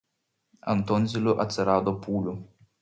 ant tonzilių atsirado pūlių